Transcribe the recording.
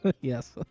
Yes